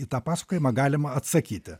į tą pasakojimą galima atsakyti